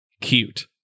Cute